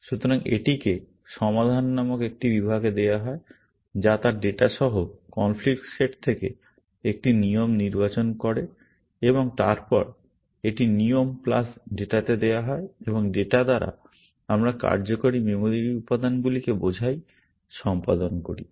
সুতরাং এটিকে সমাধান নামক একটি বিভাগে দেওয়া হয় যা তার ডেটা সহ কনফ্লিক্ট সেট থেকে একটি নিয়ম নির্বাচন করে এবং তারপর এটি নিয়ম প্লাস ডেটাতে দেওয়া হয় এবং ডেটা দ্বারা আমরা কার্যকারী মেমরি উপাদানগুলিকে বোঝাই সম্পাদন করি